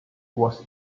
was